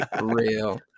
Real